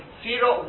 zero